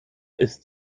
ist